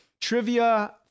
Trivia